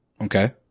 Okay